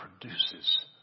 produces